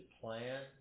plan